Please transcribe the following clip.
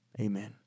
amen